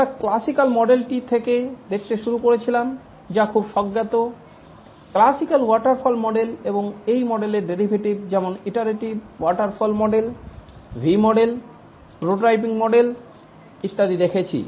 আমরা ক্লাসিক্যাল মডেলটি থেকে দেখতে শুরু করেছিলাম যা খুব স্বজ্ঞাত ক্লাসিক্যাল ওয়াটারফল মডেল এবং এই মডেলের ডেরিভেটিভ যেমন iterative waterfall model V model prototyping model ইত্যাদি দেখেছি